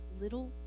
little